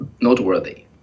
noteworthy